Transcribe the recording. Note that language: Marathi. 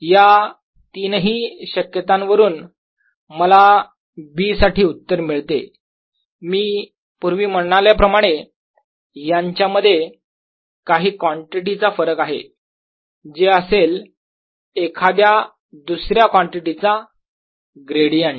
या तीनही शक्यतांवरून मला B साठी उत्तर मिळते मी पूर्वी म्हणल्याप्रमाणे यांच्यामध्ये काही कॉन्टिटीचा फरक आहे जे असेल एखाद्या दुसऱ्या कॉन्टिटी चा ग्रेडियंट